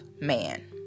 man